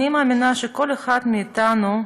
אני מאמינה שכל אחד מאתנו,